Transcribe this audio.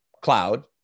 cloud